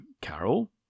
Carol